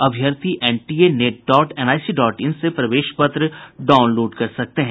अभ्यर्थी NTA net dot NIC dot in से प्रवेश पत्र डाउनलोड कर सकते हैं